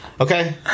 Okay